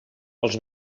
els